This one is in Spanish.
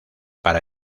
para